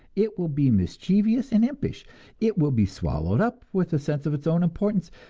it will be mischievous and impish it will be swallowed up with a sense of its own importance,